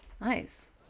nice